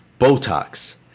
Botox